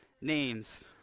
names